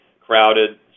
crowded